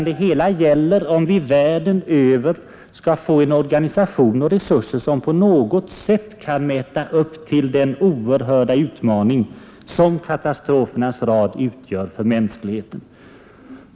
Det hela gäller om vi här i världen över huvud taget skall få en organisation och resurser som på något sätt kan möta den oerhörda utmaning som katastrofernas rad utgör för mänskligheten.